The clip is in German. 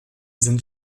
sind